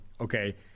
okay